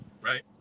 right